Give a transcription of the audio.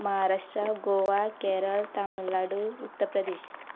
Maharashtra Goa Kerala Tamil Nadu Uttar Pradesh